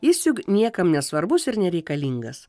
jis juk niekam nesvarbus ir nereikalingas